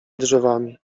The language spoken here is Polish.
drzewami